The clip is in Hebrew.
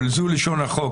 אבל זו לשון החוק.